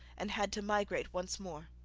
and had to migrate once more.